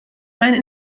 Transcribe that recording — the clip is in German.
meinen